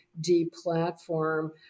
de-platform